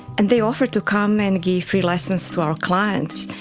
and they offered to come and give free lessons to our clients.